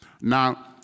Now